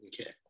Okay